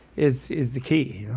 is is the key